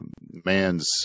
man's